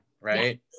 right